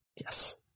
Yes